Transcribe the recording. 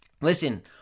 Listen